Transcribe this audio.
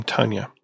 Tanya